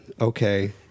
Okay